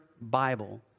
Bible